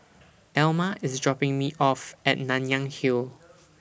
Elma IS dropping Me off At Nanyang Hill